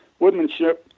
woodmanship